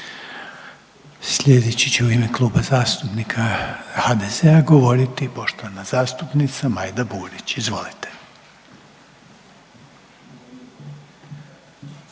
Sljedeći će u ime Kluba zastupnika HDZ-a govoriti poštovana zastupnica Majda Burić. Izvolite.